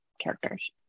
characters